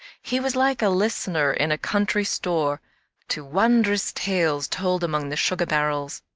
he was like a listener in a country store to wondrous tales told among the sugar barrels.